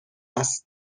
است